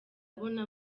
abona